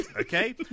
okay